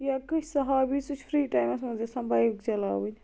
یا کٲنٛسہِ آسان ہابی سُہ چھُ فری ٹایِمس منٛز یَژھان بایِک چَلاوٕنۍ